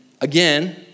again